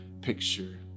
picture